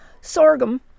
sorghum